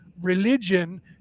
religion